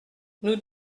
nous